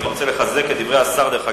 אני רוצה לחזק את דברי השר, דרך אגב,